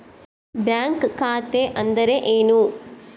Bank ಖಾತೆ ಅಂದರೆ ಏನು?